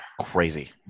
Crazy